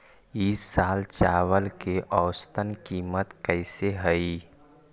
ई साल चावल के औसतन कीमत कैसे हई?